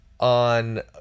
On